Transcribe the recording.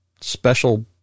special